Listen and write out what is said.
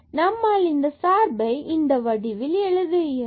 நம்மால் இந்த சார்பை இந்த வடிவில் எழுத இயலும்